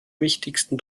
wichtigsten